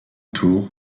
tour